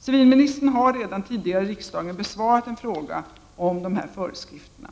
Civilministern har redan tidigare i riksdagen besvarat en fråga om dessa föreskrifter.